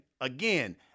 Again